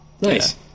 nice